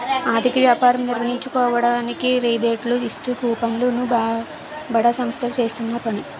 అధిక వ్యాపారం నిర్వహించుకోవడానికి రిబేట్లు ఇస్తూ కూపన్లు ను బడా సంస్థలు చేస్తున్న పని